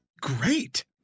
great